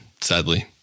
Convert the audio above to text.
Sadly